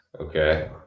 Okay